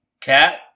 Cat